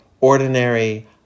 ordinary